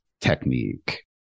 technique